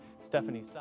Stephanie